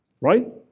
right